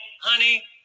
honey